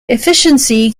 efficiency